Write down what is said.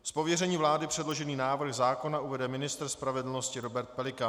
Z pověření vlády předložený návrh zákona uvede ministr spravedlnosti Robert Pelikán.